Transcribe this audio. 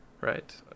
right